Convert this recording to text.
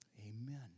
Amen